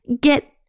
get